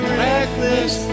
reckless